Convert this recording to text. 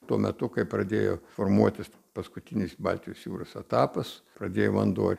tuo metu kai pradėjo formuotis paskutinis baltijos jūros etapas pradėjo vanduo